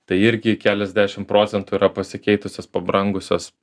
tai irgi keliasdešim procentų yra pasikeitusios pabrangusios